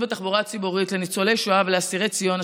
בתחבורה ציבורית לניצולי שואה ולאסירי ציון,